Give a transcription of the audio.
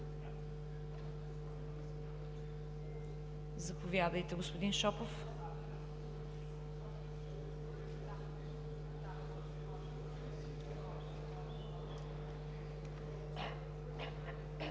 Заповядайте, господин Шопов.